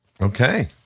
Okay